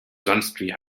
sonstwie